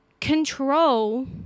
control